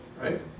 right